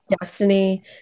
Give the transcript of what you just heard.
Destiny